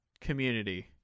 community